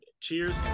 cheers